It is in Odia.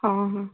ହଁ ହଁ